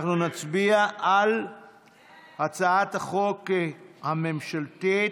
אנחנו נצביע על הצעת החוק הממשלתית.